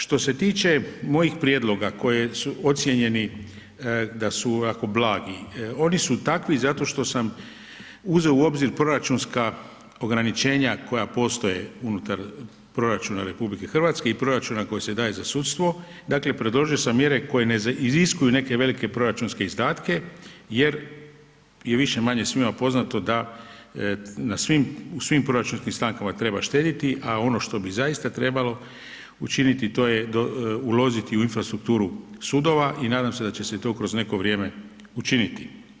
Što se tiče mojih prijedloga koji su ocjenjeni da su ovako blagi, oni su takvi zato što sam uzeo u obzir proračunska ograničenja koja postoje unutar proračuna RH i proračuna koji se daje za sudstvo, dakle predložio sam mjere koje ne iziskuju neke velike proračunske izdatke jer je više više-manje svima poznato da u svim proračunskim stavkama treba štediti a ono što bi zaista trebalo učiniti, to je uložiti u infrastrukturu sudova i nadam se da će se to kroz neko vrijeme učiniti.